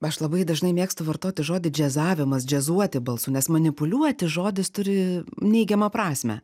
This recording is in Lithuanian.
aš labai dažnai mėgstu vartoti žodį džiazavimas džiazuoti balsu nes manipuliuoti žodis turi neigiamą prasmę